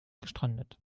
gestrandet